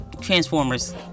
Transformers